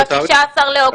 ב-16 באוגוסט,